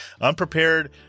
unprepared